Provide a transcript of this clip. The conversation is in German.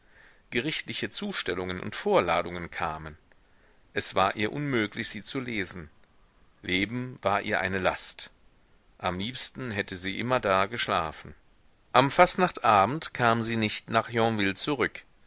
gerichtliche zustellungen und vorladungen kamen es war ihr unmöglich sie zu lesen leben war ihr eine last am liebsten hätte sie immerdar geschlafen am fastnachtsabend kam sie nicht nach yonville zurück